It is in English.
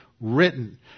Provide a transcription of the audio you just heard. written